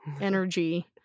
Energy